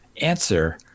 answer